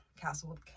Castle